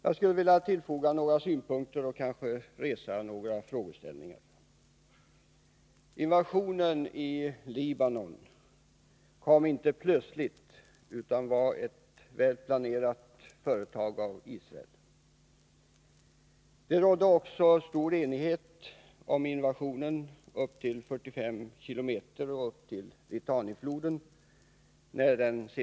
Jag skulle vilja tillfoga några synpunkter, och kanske resa några frågeställningar. Invasionen av Libanon kom inte plötsligt utan var ett väl planerat företag av Israel. Det rådde också stor enighet om invasionens omfattning upp till ca 45 km och upp till Litanifloden.